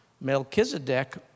Melchizedek